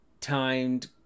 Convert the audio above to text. timed